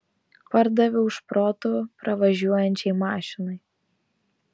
pardaviau šprotų pravažiuojančiai mašinai